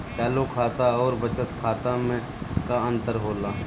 चालू खाता अउर बचत खाता मे का अंतर होला?